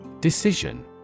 Decision